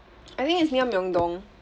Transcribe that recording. I think it's near myeong dong